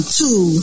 two